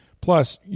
Plus